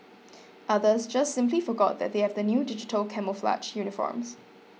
others just simply forgot that they have the new digital camouflage uniforms